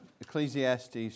Ecclesiastes